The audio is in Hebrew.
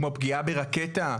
כמו פגיעה ברקטה,